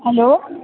hello